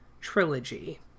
trilogy